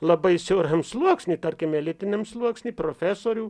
labai siauram sluoksny tarkim elitiniam sluoksny profesorių